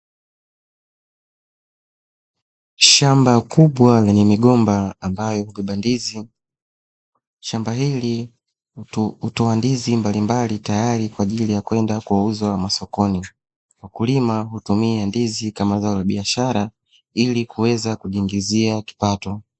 Shamba kubwa lenye migomba ambayo hubeba ndizi, shamba hili hutoa ndizi mbalimbali tayari kwa ajili ya kwenda kuuza sokoni, wakulima hutumia ndizi kama zao la biashara ili kuweza kujingizia kipato.